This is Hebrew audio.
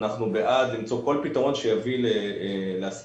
בעד למצוא כל פתרון שיביא להסכמה.